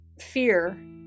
fear